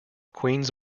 queens